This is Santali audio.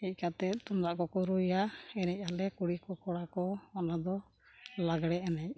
ᱦᱮᱡ ᱠᱟᱛᱮᱫ ᱛᱩᱢᱫᱟᱜ ᱠᱚᱠᱚ ᱨᱩᱭᱟ ᱮᱱᱮᱡ ᱟᱞᱮ ᱠᱩᱲᱤ ᱠᱚ ᱠᱚᱲᱟ ᱠᱚ ᱚᱱᱟ ᱫᱚ ᱞᱟᱜᱽᱬᱮ ᱮᱱᱮᱡ